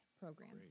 programs